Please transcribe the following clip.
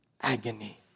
agony